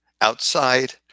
outside